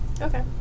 Okay